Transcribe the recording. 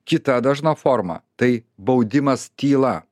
kita dažna forma tai baudimas tyla